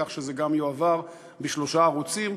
כך שזה גם יועבר בשלושה ערוצים,